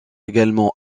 également